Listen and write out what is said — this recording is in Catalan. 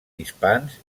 hispans